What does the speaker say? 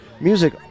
music